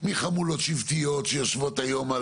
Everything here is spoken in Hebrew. מחמולות שבטיות שיושבות היום,